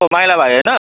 को माइला भाइ होइन